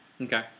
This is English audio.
Okay